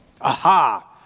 Aha